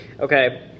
Okay